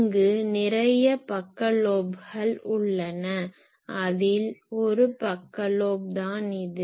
இங்கு நிறைய பக்க லோப்கள் உள்ளன அதில் ஒரு பக்க லோப் தான் இது